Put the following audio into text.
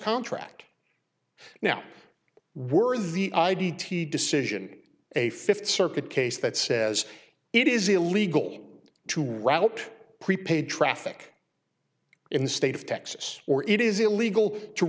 contract now worthy id t decision a fifth circuit case that says it is illegal to route pre paid traffic in the state of texas or it is illegal to